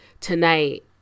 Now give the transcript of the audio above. tonight